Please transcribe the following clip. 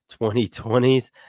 2020s